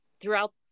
throughout